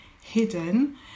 Hidden